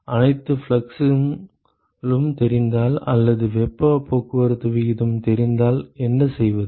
அனைத்து ஃப்ளக்ஸ்களும் தெரிந்தால் அல்லது வெப்பப் போக்குவரத்து விகிதம் தெரிந்தால் என்ன செய்வது